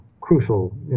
crucial